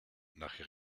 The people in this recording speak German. nach